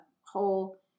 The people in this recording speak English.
whole